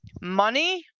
money